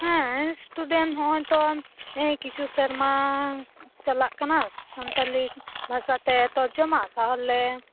ᱦᱮᱸᱻ ᱥᱴᱩᱰᱮᱱᱴ ᱱᱚᱼᱚᱭᱛᱚ ᱦᱮᱸ ᱠᱤᱪᱷᱩ ᱥᱮᱨᱢᱟ ᱪᱟᱞᱟᱜ ᱠᱟᱱᱟ ᱥᱟᱱᱛᱟᱞᱤ ᱵᱷᱟᱥᱟ ᱛᱮ ᱛᱚᱨᱡᱚᱢᱟ ᱛᱟᱦᱚᱞᱮ